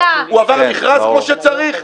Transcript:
הוא עבר מכרז כמו שצריך?